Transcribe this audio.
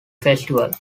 festival